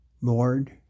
Lord